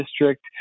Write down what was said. district